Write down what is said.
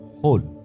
whole